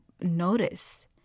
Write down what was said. notice